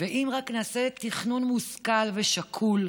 ואם רק נעשה תכנון מושכל ושקול,